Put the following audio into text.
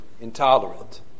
intolerant